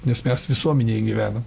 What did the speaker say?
nes mes visuomenėje gyvenam